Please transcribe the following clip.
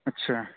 اچھا